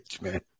man